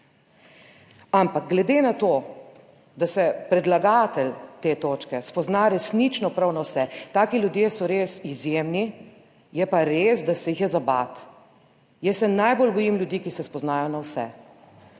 Ampak glede na to, da se predlagatelj te točke spozna resnično prav na vse, taki ljudje so res izjemni, je pa res, da se jih je za bati. Jaz se najbolj bojim ljudi, ki se spoznajo na vse.